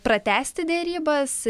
pratęsti derybas